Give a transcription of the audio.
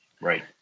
right